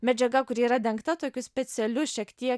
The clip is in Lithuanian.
medžiaga kuri yra dengta tokius specialiu šiek tiek